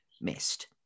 missed